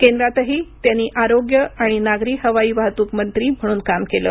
केंद्रातही त्यांनी आरोग्य आणि नागरी हवाई वाहतूक मंत्री म्हणून काम केलं